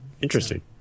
Interesting